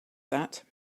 that